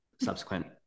subsequent